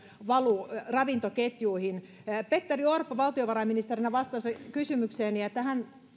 valu ravintoketjuihin petteri orpo valtiovarainministerinä vastasi silloin kysymykseeni että hän